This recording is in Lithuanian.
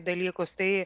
dalykus tai